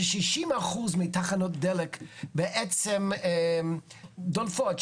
ש-60% מתחנות הדלק בעצם דולפות.